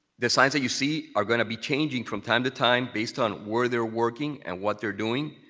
the signs that you see, are going to be changing from time to time based on where they are working and what they are doing,